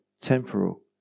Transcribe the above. temporal